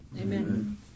Amen